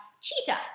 Cheetah